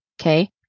Okay